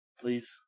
please